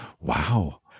Wow